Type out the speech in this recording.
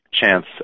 chance